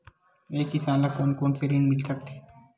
एक किसान ल कोन कोन से ऋण मिल सकथे?